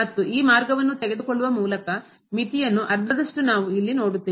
ಮತ್ತು ಈ ಮಾರ್ಗವನ್ನು ತೆಗೆದುಕೊಳ್ಳುವ ಮೂಲಕ ಮಿತಿಯನ್ನು ಅರ್ಧದಷ್ಟು ನಾವು ಇಲ್ಲಿ ನೋಡುತ್ತೇವೆ